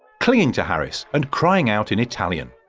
clinging to harris and crying out in italian,